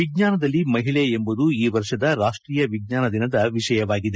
ವಿಜ್ಞಾನದಲ್ಲಿ ಮಹಿಳೆ ಎಂಬುದು ಈ ವರ್ಷದ ರಾಷ್ಟೀಯ ವಿಜ್ಞಾನ ದಿನದ ವಿಷಯವಾಗಿದೆ